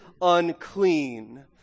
unclean